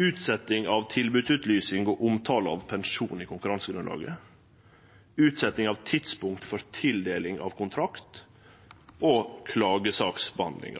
utsetjing av tilbodsutlysing og omtale av pensjon i konkurransegrunnlaget utsetjing av tidspunkt for tildeling av kontrakt klagesaksbehandling